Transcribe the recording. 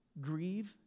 Grieve